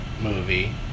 movie